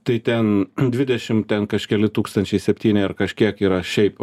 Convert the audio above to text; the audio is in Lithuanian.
tai ten dvidešim ten kažkeli tūkstančiai septyni ar kažkiek yra šiaip